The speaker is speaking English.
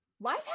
life